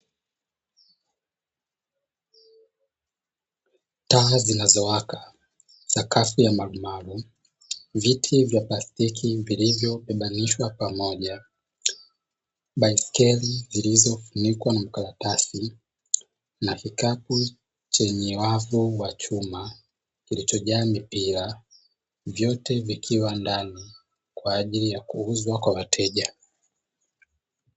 Taa zinazowaka, sakafu ya malumalu, viti vya plastiki vilivyobebanishwa pamoja, baiskeli zilizofunikwa na makaratasi na kikapu chenye wavu wa chuma kilichojaa mipira. Vyote vikiwa ndani kwa ajili ya kuuzwa kwa wateja.